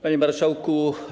Panie Marszałku!